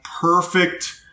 perfect